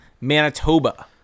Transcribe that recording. Manitoba